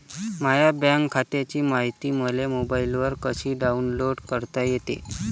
माह्या बँक खात्याची मायती मले मोबाईलवर कसी डाऊनलोड करता येते?